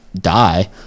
die